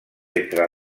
entre